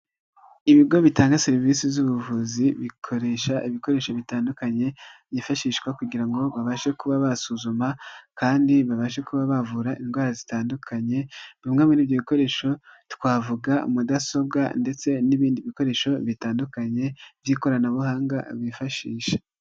Ibigo bitanga serivise z'ubuvuzi bikoresha ibikoresho bitandukanye byifashishwa kugira ngo babashe kuba basuzuma kandi babashe kuba bavura indwara zitandukanye bimwe muri ibyo bikoresho twavuga mudasobwa ndetse n'ibindi bikoresho bitandukanye by'ikoranabuhanga bifashisha.